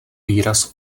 výraz